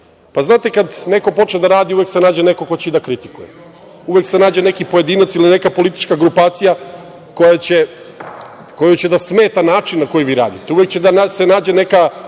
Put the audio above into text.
znate, kad neko počne da radi uvek se nađe neko ko će i da kritikuje, uvek se nađe neki pojedinac ili neka politička grupacija kojoj će da smeta način na koji vi radite, uvek će da se nađe neki